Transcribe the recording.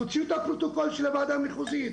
תוציאו את הפרוטוקול של הוועדה המחוזית,